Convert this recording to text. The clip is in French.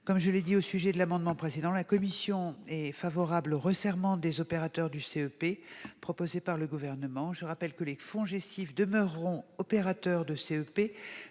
comme je l'ai dit au sujet de l'amendement précédent, la commission est favorable au resserrement des opérateurs du CEP proposé par le Gouvernement. Je rappelle que les FONGECIF demeureront opérateurs de CEP